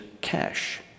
cash